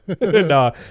No